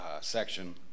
section